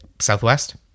southwest